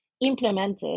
implemented